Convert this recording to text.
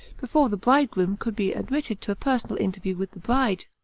before the bridegroom could be admitted to a personal interview with the bride.